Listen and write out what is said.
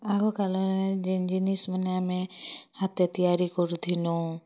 ଆଗ କାଲନେ ଯେନ୍ ଜିନିଷ୍ ମାନେ ଆମେ ହାତେ ତିଆରି କରୁଥିଲୁଁ